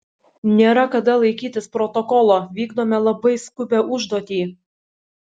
nėra kada laikytis protokolo vykdome labai skubią užduotį